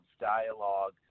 dialogue